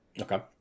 Okay